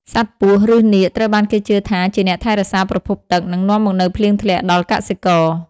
សត្វពស់ ឬនាគ ត្រូវបានគេជឿថាជាអ្នកថែរក្សាប្រភពទឹក និងនាំមកនូវភ្លៀងធ្លាក់ដល់កសិករ។